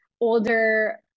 older